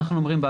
שלא יגיד: